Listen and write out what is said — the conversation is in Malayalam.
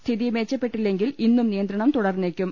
സ്ഥിതി മെച്ചപ്പെട്ടില്ലെങ്കിൽ ഇന്നും നിയന്ത്രണം തുടർന്നേക്കും